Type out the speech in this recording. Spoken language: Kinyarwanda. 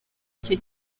cye